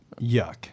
yuck